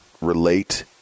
relate